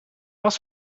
was